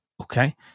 Okay